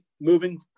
moving –